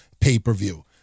pay-per-view